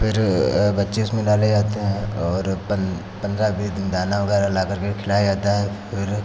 फिर बच्चे उसमें डाले जाते हैं और पन्द्रह बीस दिन दाना वगैरह लाकर के खिलाया जाता है फिर